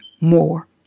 more